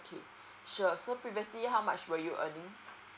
okay sure so previously how much were you earning